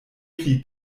pli